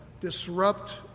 disrupt